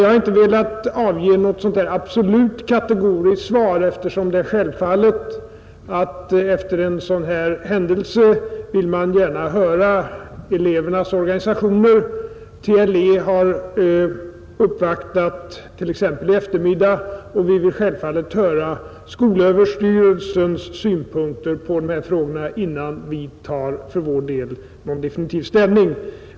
Jag har inte velat avge något kategoriskt svar, eftersom man självfallet efter en sådan här händelse gärna vill höra elevernas organisationer. TLE har t.ex. uppvaktat under eftermiddagen, och vi vill självfallet ta del av skolöverstyrelsens synpunkter på denna fråga innan vi tar någon definitiv ställning.